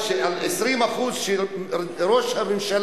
עוד חוק מבית היוצרים של קומץ או חלק לא קטן מהממשלה